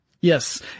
Yes